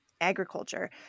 agriculture